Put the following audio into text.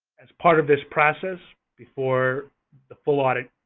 as part of this process, before the full audit